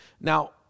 Now